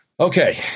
Okay